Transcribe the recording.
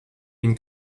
une